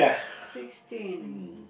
sixteen